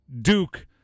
Duke